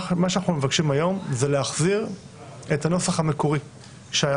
מה שאנחנו מבקשים היום זה להחזיר את הנוסח המקורי שהיה